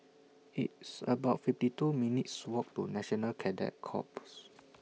It's about fifty two minutes' Walk to National Cadet Corps